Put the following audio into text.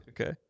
okay